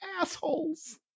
assholes